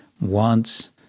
wants